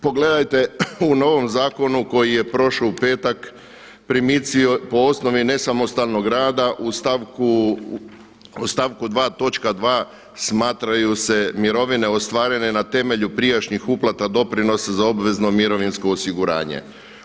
Pogledajte u novom zakonu koji je prošao u petak, primici po osnovi od nesamostalnog rada u stavku 2., točka 2. smatraju se mirovine ostvarene na temelju prijašnjih uplata doprinosa za obvezno mirovinsko osiguranje.